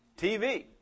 TV